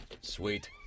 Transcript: sweet